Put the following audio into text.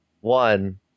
one